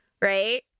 right